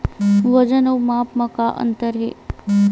वजन अउ माप म का अंतर हे?